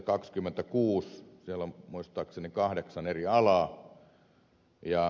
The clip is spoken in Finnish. siellä on muistaakseni kahdeksan eri alaa